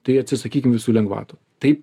tai atsisakykim visų lengvatų taip